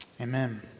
Amen